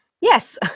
Yes